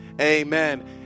Amen